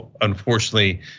unfortunately